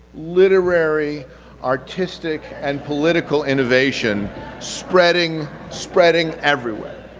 literary artistic, and political innovation spreading spreading everywhere.